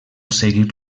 seguir